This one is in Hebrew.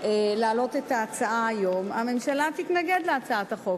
להעלות את ההצעה היום, הממשלה תתנגד להצעת החוק.